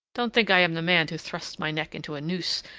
don't think i am the man to thrust my neck into a noose,